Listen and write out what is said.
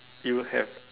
you have